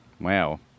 Wow